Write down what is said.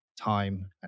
time